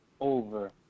over